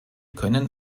können